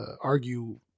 argue